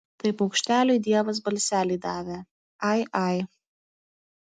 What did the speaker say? tai paukšteliui dievas balselį davė ai ai